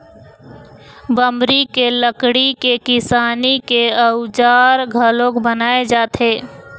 बमरी के लकड़ी के किसानी के अउजार घलोक बनाए जाथे